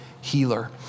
healer